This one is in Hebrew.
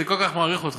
אני כל כך מעריך אותך,